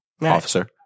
Officer